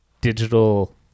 digital